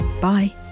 Bye